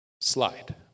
slide